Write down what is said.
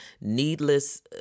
needless